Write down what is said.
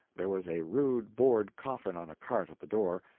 there was a rude board coffin on a cart at the door,